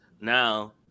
now